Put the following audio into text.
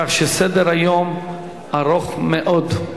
כך שסדר-היום ארוך מאוד.